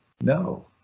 No